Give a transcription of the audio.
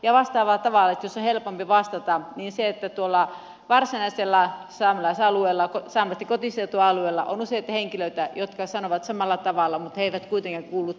vastaavalla tavalla jos on helpompi vastata niin tuolla varsinaisella saamelaisten kotiseutualueella on useita henkilöitä jotka sanovat samalla tavalla mutta he eivät kuitenkaan kuulu tähän vaaliluetteloon